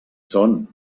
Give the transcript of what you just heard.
són